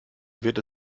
wird